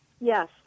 Yes